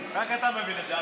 ) רק אתה מבין את זה,